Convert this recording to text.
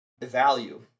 Value